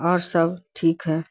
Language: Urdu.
اور سب ٹھیک ہے